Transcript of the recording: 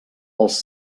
els